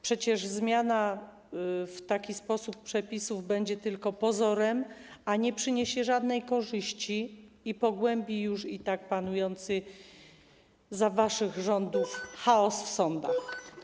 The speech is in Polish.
Przecież dokonana w taki sposób zmiana przepisów będzie tylko pozorem i nie przyniesie żadnej korzyści, i pogłębi już i tak panujący za waszych rządów chaos w sądach.